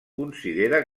considera